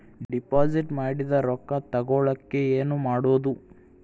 Deposit ಮಾಡಿದ ರೊಕ್ಕ ತಗೋಳಕ್ಕೆ ಏನು ಮಾಡೋದು?